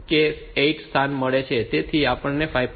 તેથી આપણને 5